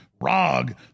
Rog